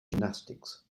gymnastics